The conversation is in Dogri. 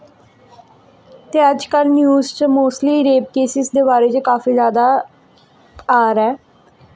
ते अजकल्ल न्यूज च मोस्टली रेप केसिस दे बारे च काफी जैदा आ दा ऐ